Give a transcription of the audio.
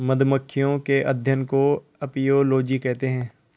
मधुमक्खियों के अध्ययन को अपियोलोजी कहते हैं